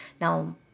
Now